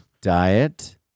Diet